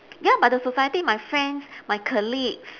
ya but the society my friends my colleagues